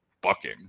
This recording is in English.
bucking